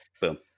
boom